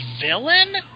villain